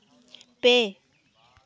ᱯᱮ